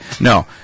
no